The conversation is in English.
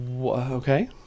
Okay